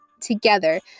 Together